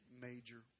major